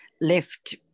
left